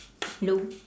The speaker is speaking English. hello